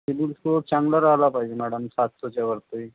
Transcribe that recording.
CIBIL score चांगला राहला पायजे मॅडम सातशेच्या वरती